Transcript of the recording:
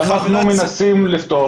אנחנו מנסים לפתור.